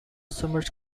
submerged